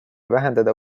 vähendada